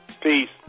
Peace